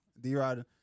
D-Rod